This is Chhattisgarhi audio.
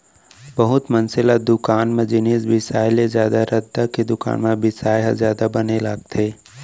बहुत मनसे ल दुकान म जिनिस बिसाय ले जादा रद्दा के दुकान म बिसाय ह जादा बने लागथे